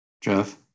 Jeff